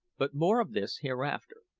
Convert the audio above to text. but more of this hereafter.